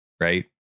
right